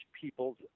people's